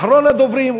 אחרון הדוברים,